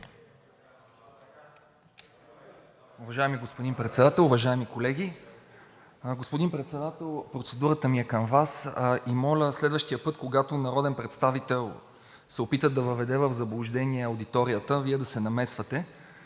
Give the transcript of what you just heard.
Уважаеми господин Председател, уважаеми колеги! Господин Председател, процедурата ми е към Вас и моля следващия път, когато народен представител се опита да въведе в заблуждение аудиторията, Вие да се намесвате.